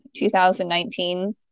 2019